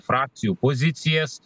frakcijų pozicijas